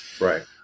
Right